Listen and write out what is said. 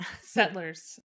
Settlers